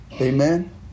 Amen